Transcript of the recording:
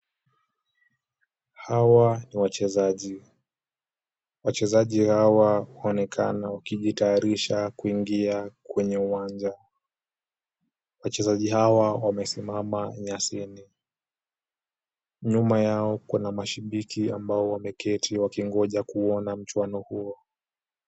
Hawa ni wachezaji. Wachezaji hawa wanaonekana wakijitayarisha kuingia kwenye uwanja. Wachezaji hawa wamesimama nyasini. Nyuma yao kuna mashabiki ambao wameketi wakingoja kuona mchuano huo.